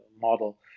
model